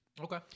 Okay